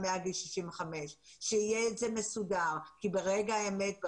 מעל גיל 65. שזה יהיה מסודר כי ברגע האמת,